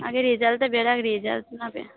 আগে রেজাল্টটা বেরোক রেজাল্ট না বেরোলে